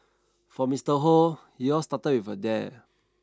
for Mister Hoe it all started a dare